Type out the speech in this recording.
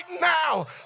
now